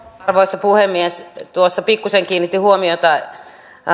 arvoisa puhemies tuossa pikkusen kiinnitin huomiota